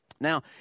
Now